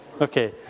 Okay